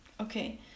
okay